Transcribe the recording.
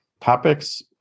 topics